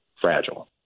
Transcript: fragile